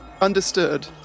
understood